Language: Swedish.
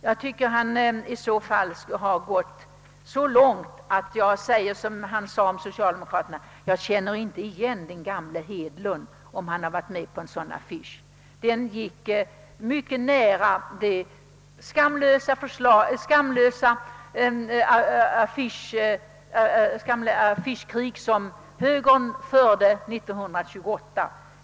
Jag säger på samma sätt som han sade om socialdemokraterna: »Jag känner inte igen den gamle Hedlund, om han gjort en sådan affisch!» Genom den kom man snubblande nära det skamlösa affischkrig, som högern förde år 1928.